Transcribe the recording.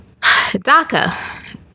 DACA